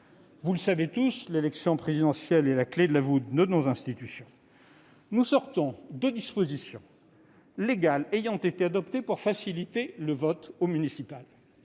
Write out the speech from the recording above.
vous le savez tous, l'élection présidentielle est la clé de voûte de nos institutions. Alors que des dispositions ont été adoptées pour faciliter le vote aux élections